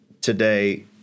today